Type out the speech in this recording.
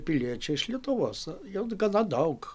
piliečių iš lietuvos jau gana daug